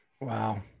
Wow